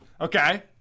Okay